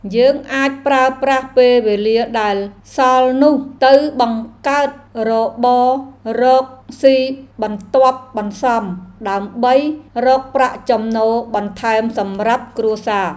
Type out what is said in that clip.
យើងអាចប្រើប្រាស់ពេលវេលាដែលសល់នោះ ទៅបង្កើតរបររកស៊ីបន្ទាប់បន្សំដើម្បីរកប្រាក់ចំណូលបន្ថែមសម្រាប់គ្រួសារ។